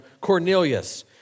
Cornelius